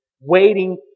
waiting